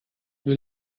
wir